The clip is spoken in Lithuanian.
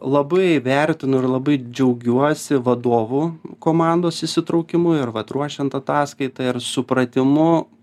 labai vertinu ir labai džiaugiuosi vadovų komandos įsitraukimu ir vat ruošiant ataskaitą ir supratimu